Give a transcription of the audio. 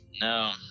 No